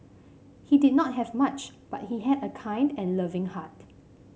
he did not have much but he had a kind and loving heart